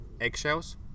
eggshells